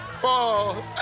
fall